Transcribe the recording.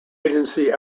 agency